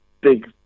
big